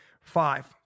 Five